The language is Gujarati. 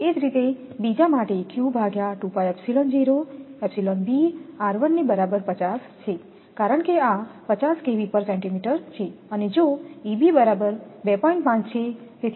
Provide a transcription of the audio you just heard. એ જ રીતે બીજા માટે ની બરાબર 50 છે કારણ કે આ 50 છે અને જો બરાબર 2